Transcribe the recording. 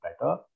better